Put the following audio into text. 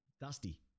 Dusty